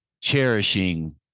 cherishing